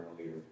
earlier